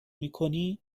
میکنی